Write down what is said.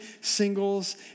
singles